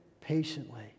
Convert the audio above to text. patiently